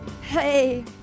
Hey